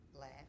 laugh